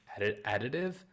additive